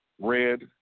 Red